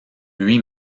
lui